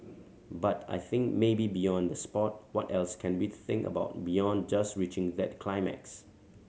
but I think maybe beyond the sport what else can we think about beyond just reaching that climax